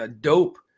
dope